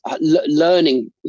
learning